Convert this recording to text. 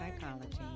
Psychology